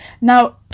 Now